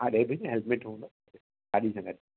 हा ॾेली न हेल्मेट हूंदो गाॾी सां गॾु